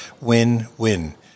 win-win